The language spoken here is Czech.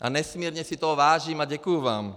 A nesmírně si toho vážím a děkuji vám.